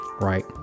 right